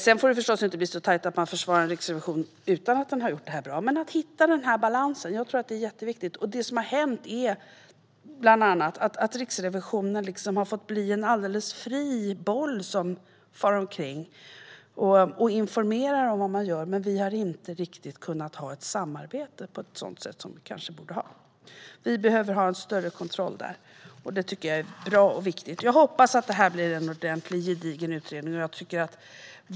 Sedan får det förstås inte bli så tajt att man försvarar Riksrevisionen även om den inte har gjort något som är bra. Men det är jätteviktigt att hitta den balansen. Det som har hänt är bland annat att Riksrevisionen har fått bli som en fri boll som far omkring. Man har informerat om vad man gör, men vi har inte kunnat ha det samarbete som vi borde ha. Där behöver vi ha en större kontroll, och det är viktigt och skulle vara bra. Jag hoppas att det här blir en ordentlig gedigen utredning.